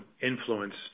influence